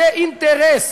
זה אינטרס.